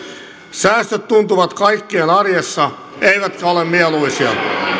säästöt tuntuvat kaikkien arjessa eivätkä ole mieluisia